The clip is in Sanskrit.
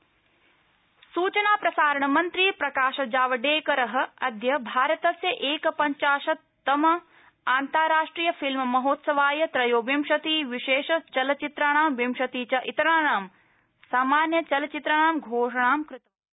प्रकाश जावडेकर सूचना प्रसारणमन्त्री प्रकाश जावडेकर अद्य भारतस्य एकपञ्चाशत्तम अन्तारांष्ट्रिय फिल्म महोत्सवाय त्रयोविंशति विशेष चलचित्राणां विंशति च इतराणां सामान्य चलचित्राणां घोषणां कृतवान्